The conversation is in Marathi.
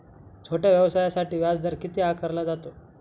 छोट्या व्यवसायासाठी व्याजदर किती आकारला जातो?